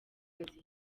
kazi